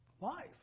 life